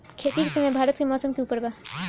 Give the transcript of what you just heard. खेती के समय भारत मे मौसम के उपर बा